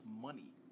money